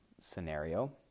scenario